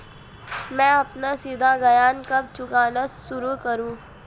मैं अपना शिक्षा ऋण कब चुकाना शुरू करूँ?